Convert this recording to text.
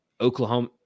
Oklahoma